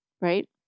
right